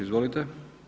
Izvolite.